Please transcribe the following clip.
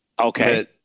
Okay